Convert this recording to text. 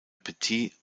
petit